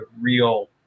real